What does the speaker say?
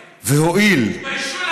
והואיל, תתביישו לכם.